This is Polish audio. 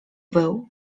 był